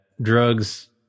drugs